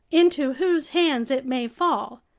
into whose hands it may fall?